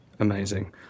Amazing